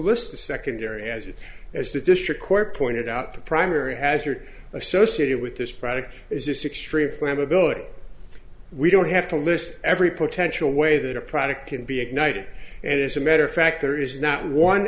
list the secondary as it is to destroy core pointed out the primary hazard associated with this product is this extreme flammability we don't have to list every potential way that a product can be ignited and as a matter of fact there is not one